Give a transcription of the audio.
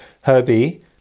Herbie